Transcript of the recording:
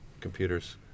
computers